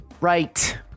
Right